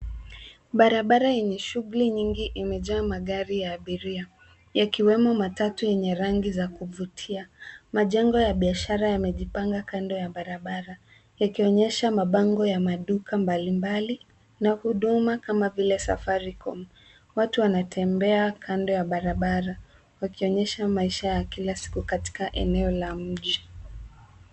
Barabara yeney shughuli nyingi imejaa magari ya abiria yakiwemo matatu yenye rangi za kuvutia. Majengo ya biashara yamejipanga kando ya barabara yakionyesha mabango ya maduka mbalimbali na huduma kama vile Safaricom. Watu wanatembea kando ya barabara wakionyesha maisha ya kila siku katika eneo la mji.